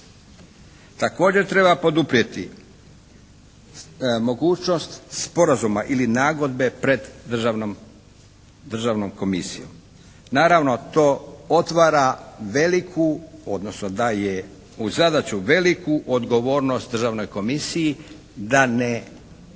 Također treba poduprijeti mogućnost sporazuma ili nagodbe pred državnom komisijom. Naravno to otvara veliku odnosno daje u zadaću veliku odgovornost državnoj komisiji, da ne promaši